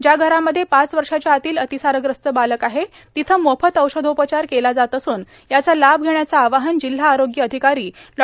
ज्या घरामध्ये पाच वर्षाच्या आतील अतिसारग्रस्त बालक आहे तिथं मोफत औषधोपचार केला जात असून याचा लाभ घेण्याचं आवाहन जिल्हा आरोग्य अधिकारी डॉ